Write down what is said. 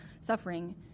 suffering